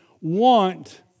want